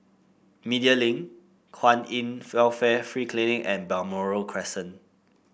Media Link Kwan In Welfare Free Clinic and Balmoral Crescent